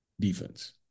defense